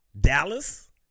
Dallas